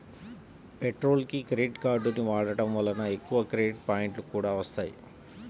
పెట్రోల్కి క్రెడిట్ కార్డుని వాడటం వలన ఎక్కువ క్రెడిట్ పాయింట్లు కూడా వత్తాయి